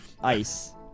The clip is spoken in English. ice